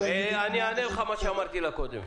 אני אענה לך, מה שאמרתי לה קודם.